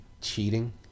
cheating